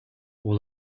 all